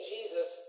Jesus